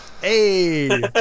Hey